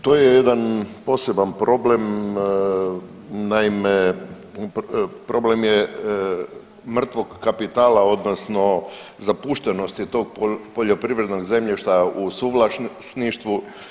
To je jedan poseban problem, naime, problem je mrtvog kapitala, odnosno zapuštenosti tog poljoprivrednog zemljišta u suvlasništvu.